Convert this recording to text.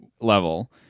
level